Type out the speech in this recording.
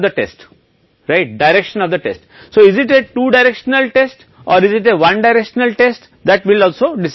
क्या यह दो दिशा परीक्षण या यह 1 दिशात्मक परीक्षण है जो हम तय करेंगे